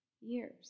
years